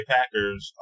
Packers